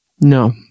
No